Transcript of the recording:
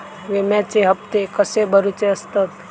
विम्याचे हप्ते कसे भरुचे असतत?